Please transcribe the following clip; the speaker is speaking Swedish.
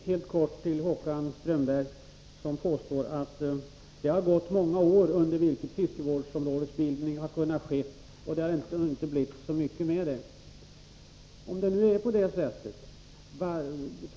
Herr talman! Håkan Strömberg påstår att det har gått många år under vilka fiskevårdsområdesbildning har kunnat ske, utan att det hänt särskilt mycket.